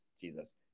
Jesus